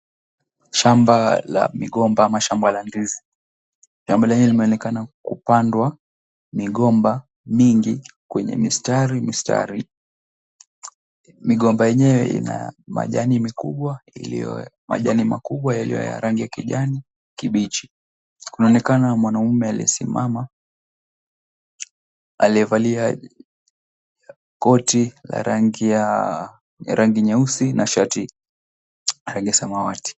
Shamba la migomba ama shamba la ndizi. Shamba lenyewe limeonekana kupandwa migomba mingi kwenye mistari mistari. Migomba yenyewe ina majani makubwa yaliyo ya rangi kijani kibichi. Kunaonekana mwanaume aliyesimama, aliyevalia koti la rangi nyeusi na shati ya rangi ya samawati.